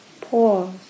pause